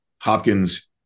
Hopkins